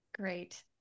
Great